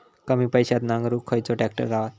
कमी पैशात नांगरुक खयचो ट्रॅक्टर गावात?